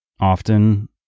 often